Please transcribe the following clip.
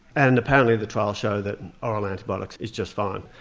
and apparently the trial show that oral antibiotics is just fine.